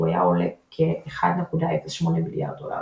הוא היה עולה כ־1.08 מיליארד דולר.